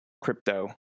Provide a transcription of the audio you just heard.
crypto